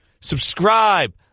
subscribe